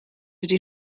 wedi